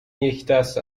یکدست